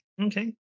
Okay